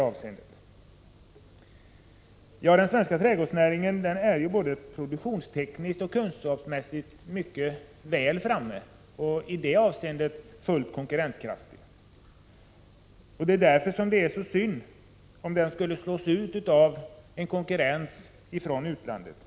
Den svenska trädgårdsnäringen ligger ju både produktionstekniskt och kunskapsmässigt mycket väl framme. Härvidlag är den fullt konkurrenskraftig. Därför är det synd om den skulle slås ut på grund av utländsk konkurrens.